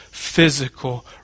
Physical